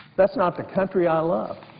that's not the country i love.